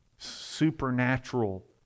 supernatural